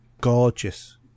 gorgeous